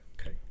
okay